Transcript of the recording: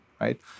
right